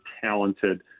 talented